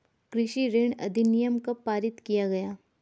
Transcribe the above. कृषि ऋण अधिनियम कब पारित किया गया?